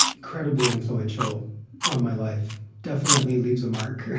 incredibly influential on my life, definitely leaves a mark.